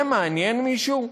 זה מעניין מישהו?